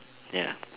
ya